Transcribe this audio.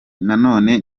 nanone